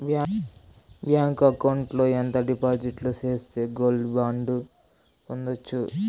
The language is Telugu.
బ్యాంకు అకౌంట్ లో ఎంత డిపాజిట్లు సేస్తే గోల్డ్ బాండు పొందొచ్చు?